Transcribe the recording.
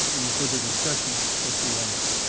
any further discussion, trustee lawson?